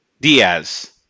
Diaz